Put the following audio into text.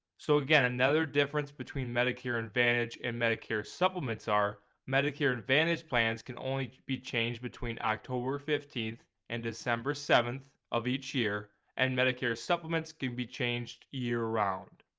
so again another difference between medicare advantage and medicare supplements are medicare advantage plans can only be changed between october fifteenth and december seventh of each year and medicare supplements can be changed year-round.